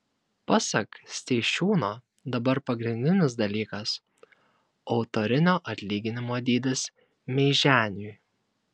pasak steišiūno dabar pagrindinis dalykas autorinio atlyginimo dydis meiženiui